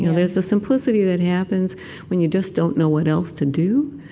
there's a simplicity that happens when you just don't know what else to do.